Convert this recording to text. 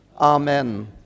Amen